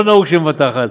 לא נהוג שהיא מבטחת,